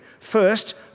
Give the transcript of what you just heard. First